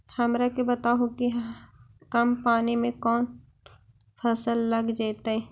हमरा के बताहु कि कम पानी में कौन फसल लग जैतइ?